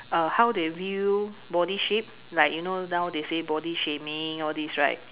uh how they view body shape like you know now they say body shaming all this right